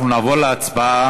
אנחנו נעבור להצבעה.